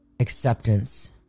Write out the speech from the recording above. acceptance